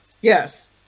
Yes